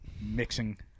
mixing